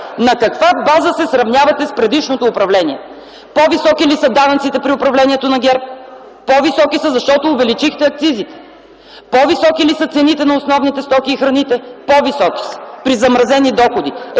На каква база се сравнявате с предишното управление? По-високи ли са данъците при управлението на ГЕРБ? По-високи са, защото увеличихте акцизите. По-високи ли са цените на основните стоки и храните? По-високи са – при замразени доходи.